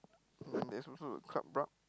mm there's also the Club-Brugge